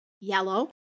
Yellow